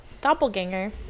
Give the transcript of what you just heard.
doppelganger